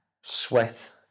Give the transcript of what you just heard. sweat